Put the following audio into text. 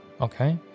Okay